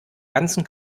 ganzen